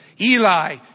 Eli